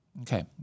Okay